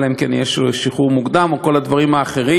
אלא אם כן יש שחרור מוקדם או כל הדברים האחרים,